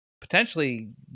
potentially